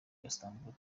istanbul